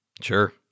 Sure